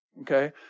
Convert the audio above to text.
okay